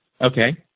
Okay